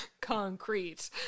Concrete